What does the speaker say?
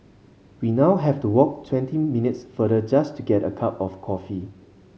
we now have to walk twenty minutes farther just to get a cup of coffee